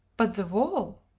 but the wall?